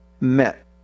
met